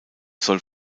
soll